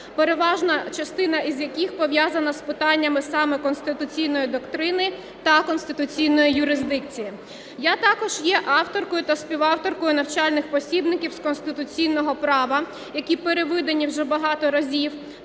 переважна частина із яких пов'язана з питаннями саме конституційної доктрини та конституційної юрисдикції. Я також є авторкою та співавторкою навчальних посібників з конституційного права, які перевидані вже багато разів,